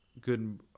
good